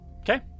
Okay